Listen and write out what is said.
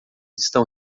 estão